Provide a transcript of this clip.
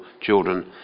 children